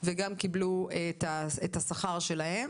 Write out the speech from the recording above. וגם קיבלו את השכר שלהם.